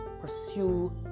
pursue